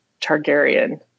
Targaryen